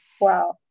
Wow